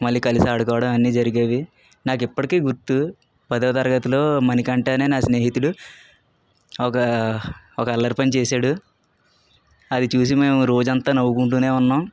మళ్ళీ కలిసి ఆడుకోవడం అన్ని జరిగేవి నాకు ఇప్పటికీ గుర్తు పదవ తరగతిలో మణికంఠ అనే నా స్నేహితుడు ఒక ఒక అల్లరి పని చేశాడు అది చూసి మేము రోజంతా నవ్వుకుంటూనే ఉన్నాం